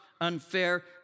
unfair